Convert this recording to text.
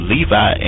Levi